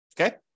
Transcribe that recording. Okay